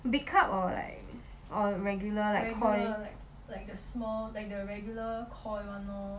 big cup or like or regular like